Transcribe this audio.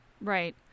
Right